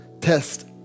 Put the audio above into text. test